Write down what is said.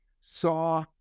saw